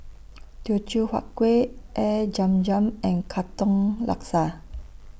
Teochew Huat Kueh Air Zam Zam and Katong Laksa